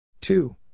Two